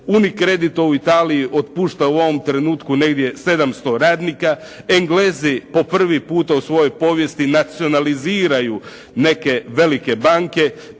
"UniCredit" u Italiji otpušta u ovom trenutku negdje 700 radnika, Englezi po prvi puta u svojoj povijesti nacionaliziraju neke velike banke,